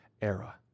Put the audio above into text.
era